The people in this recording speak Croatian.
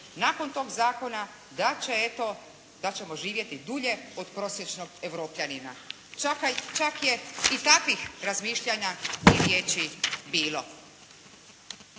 nakon tog zakona da će eto, da ćemo živjeti dulje od prosječnog Europljanina. Čak je i takvih razmišljanja i riječi bilo.